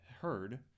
heard